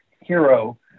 hero